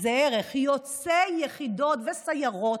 זה ערך, יוצאי יחידות וסיירות